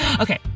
Okay